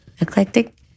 eclectic